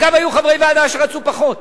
אגב, היו חברי ועדה שרצו פחות.